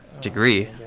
degree